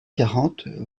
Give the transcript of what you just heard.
quarante